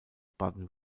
baden